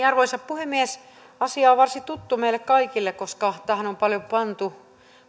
arvoisa puhemies asia on varsin tuttu meille kaikille koska tähän on paljon pantu